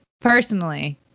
personally